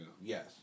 Yes